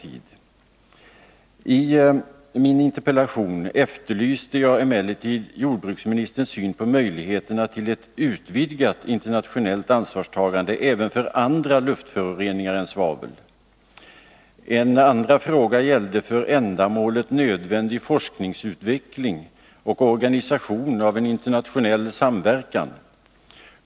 I min interpellation efterlyste jag emellertid jordbruksministerns syn på möjligheterna till ett utvidgat internationellt ansvarstagande även för andra luftföroreningar än svavel. En andra fråga gällde för ändamålet nödvändig forskningsutveckling, och organisation av en internationell samverkan.